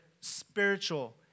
spiritual